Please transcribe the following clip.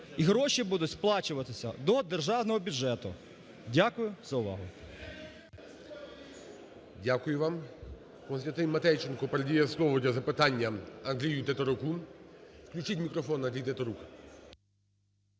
І гроші будуть сплачуватися до державного бюджету. Дякую за увагу. ГОЛОВУЮЧИЙ. Дякую вам. КостянтинМатейченко передає слово для запитання Андрію Тетеруку. Включіть мікрофон, Андрій Тетерук.